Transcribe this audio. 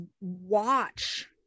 watch